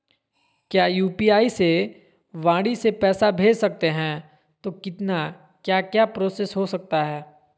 क्या यू.पी.आई से वाणी से पैसा भेज सकते हैं तो कितना क्या क्या प्रोसेस हो सकता है?